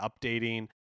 updating